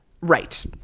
Right